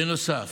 בנוסף,